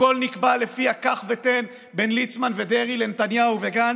הכול נקבע לפי הקח-ותן בין ליצמן ודרעי לנתניהו וגנץ.